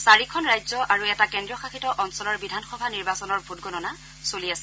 চাৰিখন ৰাজ্য আৰু এটা কেন্দ্ৰীয় শাসিত অঞ্চলৰ বিধানসভা নিৰ্বাচনৰ ভোট গণনা চলি আছে